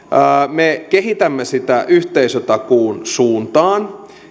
me kehitämme sitä yhteisötakuun suuntaan